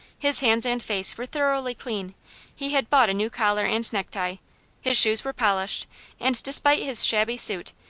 his hands and face were thoroughly clean he had bought a new collar and necktie his shoes were polished, and despite his shabby suit,